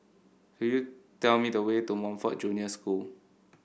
could you tell me the way to Montfort Junior School